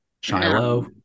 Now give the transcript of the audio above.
Shiloh